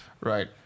right